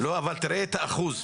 לא, אבל תראה את האחוז.